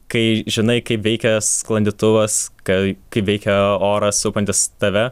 kai žinai kaip veikia sklandytuvas kai kaip veikia oras supantis tave